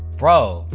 bro,